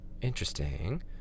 Interesting